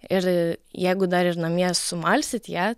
ir jeigu dar ir namie sumalsit ją